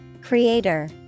Creator